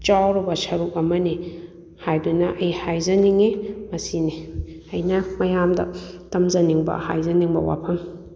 ꯆꯥꯎꯔꯕ ꯁꯔꯨꯛ ꯑꯃꯅꯤ ꯍꯥꯏꯗꯨꯅ ꯑꯩ ꯍꯥꯏꯖꯅꯤꯡꯏ ꯃꯁꯤꯅꯤ ꯑꯩꯅ ꯃꯌꯥꯝꯗ ꯇꯝꯖꯅꯤꯡꯕ ꯍꯥꯏꯖꯅꯤꯡꯕ ꯋꯥꯐꯝ